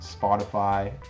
Spotify